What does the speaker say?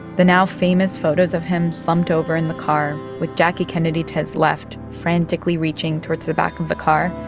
the now-famous photos of him slumped over in the car, with jackie kennedy to his left frantically reaching towards the back of the car,